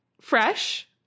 Fresh